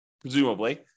presumably